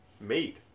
made